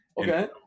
okay